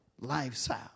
lifestyle